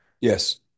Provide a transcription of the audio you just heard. Yes